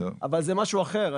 אבל זה משהו אחר,